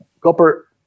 copper